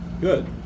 good